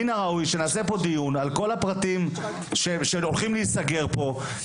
מן הראוי שנעשה פה דיון על כל הפרטים שהולכים להיסגר פה,